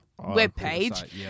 webpage